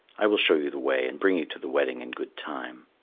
i will show you the way and bring you to the wedding in good time.